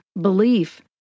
belief